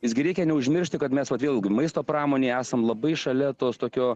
visgi reikia neužmiršti kad mes todėl maisto pramonė esam labai šalia tos tokio